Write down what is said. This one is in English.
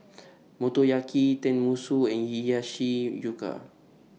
Motoyaki Tenmusu and Hiyashi Chuka